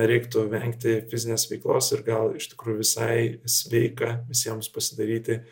reiktų vengti fizinės veiklos ir gal iš tikrųjų visai sveika visiems pasidaryti